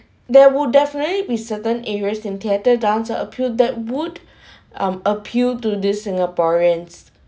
there would definitely be certain areas in theatre dance uh appeal that would um appeal to these singaporeans